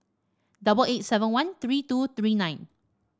double eight seven one three two three nine